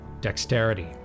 dexterity